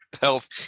health